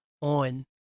on